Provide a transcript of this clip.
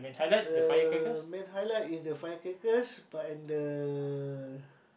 uh main highlight is the firecrackers but and the